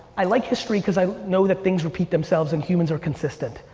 i like history cause i know that things repeat themselves and humans are consistent,